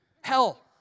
Hell